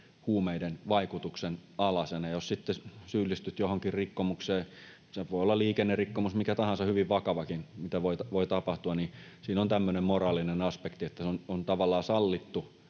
huumeiden vaikutuksen alaisena, ja jos sitten syyllistyt johonkin rikkomukseen — sehän voi olla liikennerikkomus tai mikä tahansa hyvin vakavakin, mitä voi tapahtua — niin siinä on tämmöinen moraalinen aspekti, että se huumeen käyttö on tavallaan sallittu